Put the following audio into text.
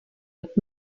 wird